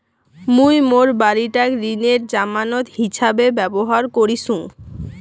মুই মোর বাড়িটাক ঋণের জামানত হিছাবে ব্যবহার করিসু